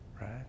right